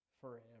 forever